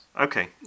Okay